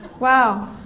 Wow